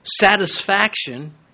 satisfaction